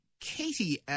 Katie